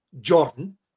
Jordan